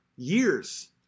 years